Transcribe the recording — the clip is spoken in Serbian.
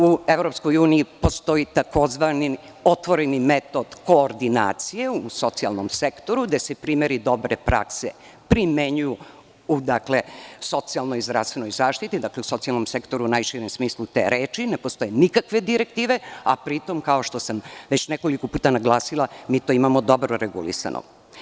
U EU postoje tzv. otvoreni metod koordinacije u socijalnom sektoru, gde se primeri dobre prakse primenjuju u socijalnoj i zdravstvenoj zaštiti, dakle, u socijalnom sektoru u najširem smislu te reči ne postoje nikakve direktive, a pri tom, kao što sam već nekoliko puta naglasila, mi to imamo dobro regulisano.